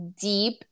deep